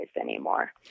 anymore